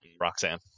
Roxanne